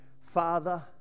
father